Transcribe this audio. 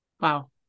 wow